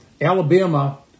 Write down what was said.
Alabama